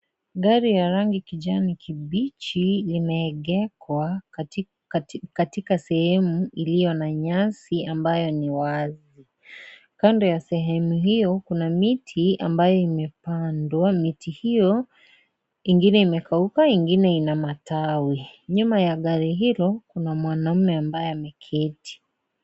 Gari ya rangi ya kijani kibichi limeegeshwa katika sehemu iliyo na nyasi ambayo ni wazi, kando ya sehemu hiyo kuna miti ambayo imepandwa, miti hiyo ingine imekauka, ingine ina matawi, nyuma ya gari hilo kuna mwanaume ambaye ameketi.